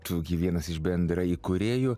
tu gi vienas iš bendraįkūrėjų